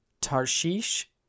Tarshish